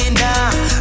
now